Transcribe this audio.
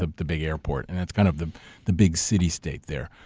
the the big airport. and it's kind of the the big city state there.